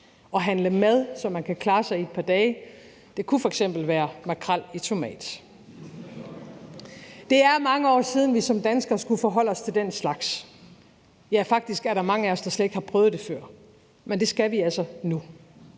og handle mad, så man kan klare sig et par dage – det kunne f.eks. være makrel i tomat. Det er mange år siden, at vi som danskere skulle forholde os til den slags. Faktisk er der mange af os, der slet ikke har prøvet det før, men det skal vi altså nu.